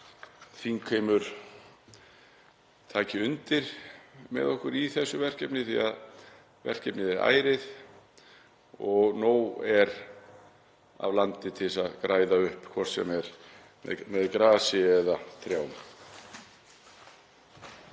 þingheimur taki undir með okkur í þessu verkefni því að verkefnið er ærið og nóg er af landi til að græða upp hvort sem er með grasi eða trjám.